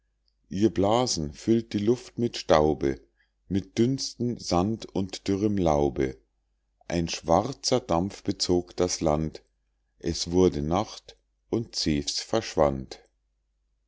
ihr blasen füllt die luft mit staube mit dünsten sand und dürrem laube ein schwarzer dampf bezog das land es wurde nacht und zevs verschwand